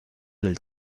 del